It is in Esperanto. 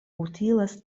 utilas